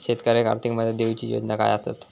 शेतकऱ्याक आर्थिक मदत देऊची योजना काय आसत?